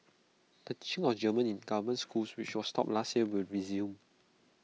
the teaching of German in government schools which was stopped last year will resume